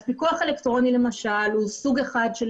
הפיקוח האלקטרוני למשל הוא סוג אחד של